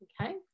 okay